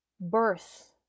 birth